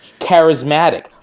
Charismatic